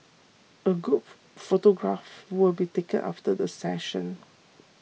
a group photograph will be taken after the session